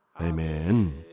Amen